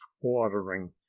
watering